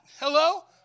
Hello